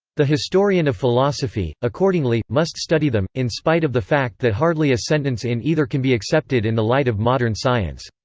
the historian of philosophy, accordingly, must study them, in spite of the fact that hardly a sentence in either can be accepted in the light of modern science.